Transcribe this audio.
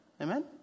Amen